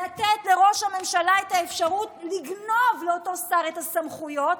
לתת לראש הממשלה את האפשרות לגנוב לאותו שר את הסמכויות